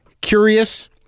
curious